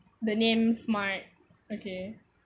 the name smart okay